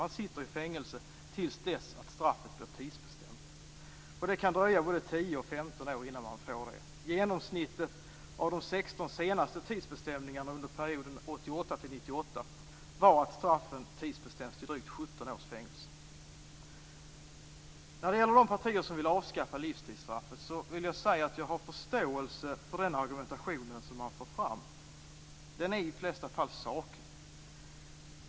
Man sitter i fängelse till dess att straffet blir tidsbestämt. Det kan dröja både 10 och 15 år innan man får det. Genomsnittet för de 16 senaste tidsbestämningar under perioden 1988-1998 var att straffen tidsbestämdes till drygt 17 års fängelse. Jag har förståelse för den argumentation som de partier som vill avskaffa livstidsstraffet för fram. Den är i de flesta fall saklig.